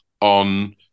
on